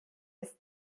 ist